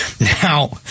Now